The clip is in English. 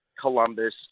Columbus